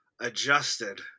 adjusted